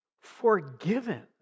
Forgiven